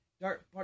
Dark